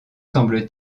semble